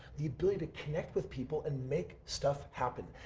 the ability to connect with people and make stuff happen.